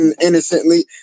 innocently